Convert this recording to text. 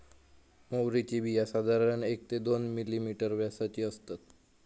म्होवरीची बिया साधारण एक ते दोन मिलिमीटर व्यासाची असतत